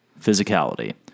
physicality